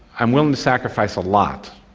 i willing to sacrifice a lot,